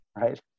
right